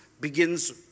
begins